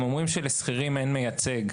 הם אומרים שלשכירים אין מייצג.